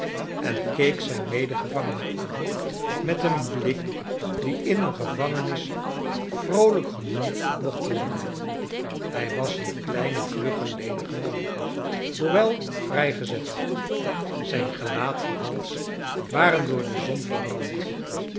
en keek zijn medegevangene aan met een blik die in een gevangenis vroolijk gerjoemd mocht worden hij was een kleine vlu gge lenige man hoewel vrij gezet zijn gelaat en hals waren door de zon verbrand